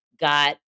got